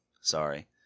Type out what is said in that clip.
Sorry